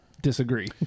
Disagree